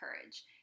courage